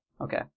Okay